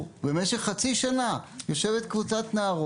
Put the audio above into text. אני התרגשתי שנתנו לי את הכבוד לדבר איתם בכלל.